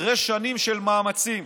אחרי שנים של מאמצים,